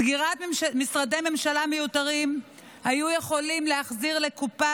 סגירת משרדי ממשלה מיותרים הייתה יכולה להחזיר לקופה